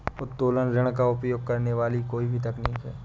उत्तोलन ऋण का उपयोग करने वाली कोई भी तकनीक है